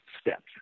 steps